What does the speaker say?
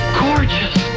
gorgeous